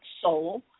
soul